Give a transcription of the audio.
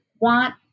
want